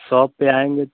shop पर आएंगे